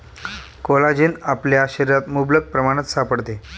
collagen आपल्या शरीरात मुबलक प्रमाणात सापडते